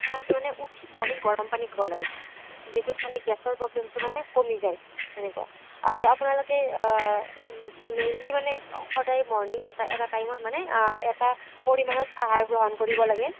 আৰু মানে উঠি মৰ্নিং গৰম পানী খাব লাগে যিটোত মানে গেছৰ প্ৰবলেমটো মানে কমি যায় তেনেকোৱা আৰু আপোনালোকে মেইনলি মানে সদায় মৰ্নিং মানে এটা টাইমত এটা পৰিমাণত আহাৰ গ্ৰহণ কৰিব লাগে